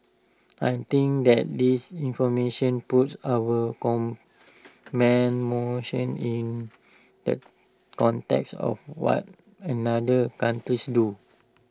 I think that this information puts our in the context of what another countries do